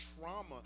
trauma